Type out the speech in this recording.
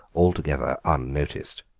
altogether unnoticed.